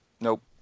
Nope